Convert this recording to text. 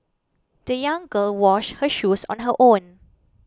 the young girl washed her shoes on her own